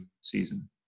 season